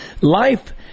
life